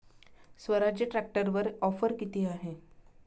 स्वराज्य ट्रॅक्टरवर ऑफर किती आहे?